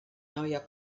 neuer